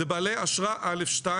זה בעלי אשרה א.2